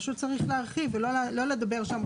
פשוט צריך להרחיב ולא לדבר שם,